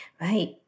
Right